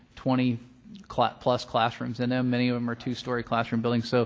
twenty plus classrooms in them. many of them are two-story classroom buildings. so